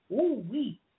Ooh-wee